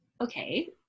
okay